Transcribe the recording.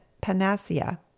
panacea